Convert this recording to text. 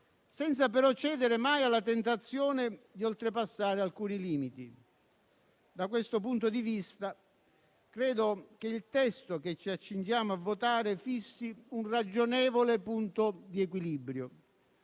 senza, però, cedere mai alla tentazione di oltrepassare alcuni limiti. Da questo punto di vista credo che il testo che ci accingiamo a votare fissi un ragionevole punto di equilibrio.